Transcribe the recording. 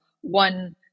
one